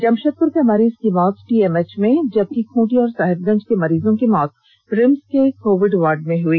जमषेदपुर के मरीज की मौत ंटीएमएच में जबकि खूंटी और साहेबगंज के मरीजों की मौत रिम्स के कोविड वार्ड में हुई